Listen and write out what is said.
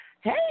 Hey